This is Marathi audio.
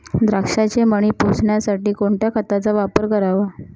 द्राक्षाचे मणी पोसण्यासाठी कोणत्या खताचा वापर करावा?